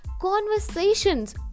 conversations